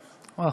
אוה,